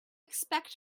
expect